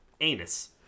anus